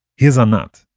here's anat,